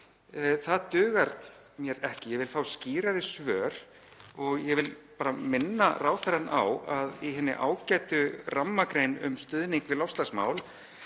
dugar mér ekki, ég vil fá skýrari svör. Ég vil bara að minna ráðherrann á að í hinni ágætu rammagrein um stuðning við loftslagsmál